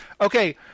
Okay